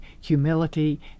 humility